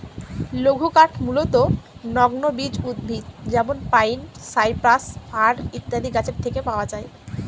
লঘুকাঠ মূলতঃ নগ্নবীজ উদ্ভিদ যেমন পাইন, সাইপ্রাস, ফার ইত্যাদি গাছের থেকে পাওয়া যায়